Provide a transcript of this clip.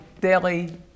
daily